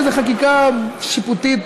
באיזו חקיקה שיפוטית,